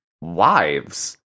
wives